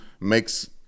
makes